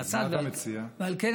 וכמובן,